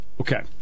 okay